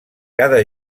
cada